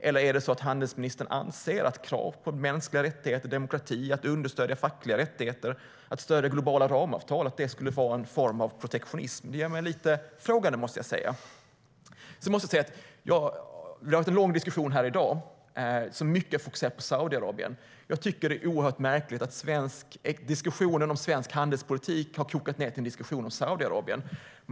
Eller anser handelsministern att krav på mänskliga rättigheter och demokrati, att understödja fackliga rättigheter och att stödja globala ramavtal är en form av protektionism? Det har varit en lång diskussion här i dag med fokus på Saudiarabien. Jag tycker att det är märkligt att diskussionen om svensk handelspolitik har kokat ned till en diskussion om Saudiarabien.